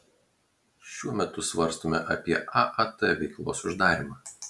šiuo metu svarstome apie aat veiklos uždarymą